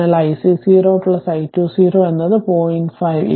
അതിനാൽ ic 0 i2 0 എന്നത് 0